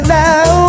now